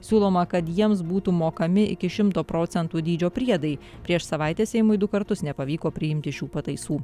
siūloma kad jiems būtų mokami iki šimto procentų dydžio priedai prieš savaitę seimui du kartus nepavyko priimti šių pataisų